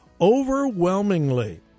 overwhelmingly